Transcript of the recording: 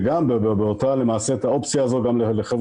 וגם למעשה את האופציה הזאת גם לחבר'ה